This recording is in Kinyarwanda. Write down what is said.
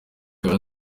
ikaba